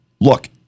look